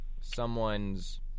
someone's